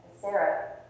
Sarah